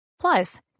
Plus